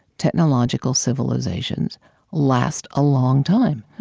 technological civilizations last a long time,